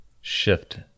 shift